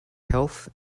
health